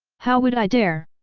how would i dare!